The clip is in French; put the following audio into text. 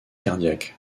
cardiaque